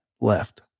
left